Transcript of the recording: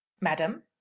Madam